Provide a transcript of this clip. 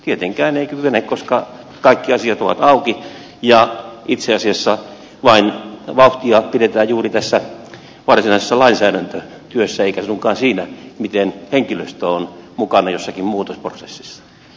tietenkään ei kykene koska kaikki asiat ovat auki ja itse asiassa vain vauhtia pidetään juuri tässä varsinaisessa lainsäädäntötyössä eikä suinkaan siinä miten henkilöstö on mukana jossakin muutosprosessissa